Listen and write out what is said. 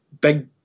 big